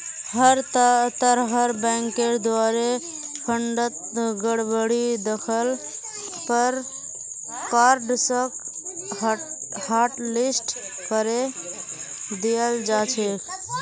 हर तरहर बैंकेर द्वारे फंडत गडबडी दख ल पर कार्डसक हाटलिस्ट करे दियाल जा छेक